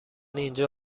اینجا